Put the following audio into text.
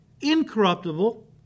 incorruptible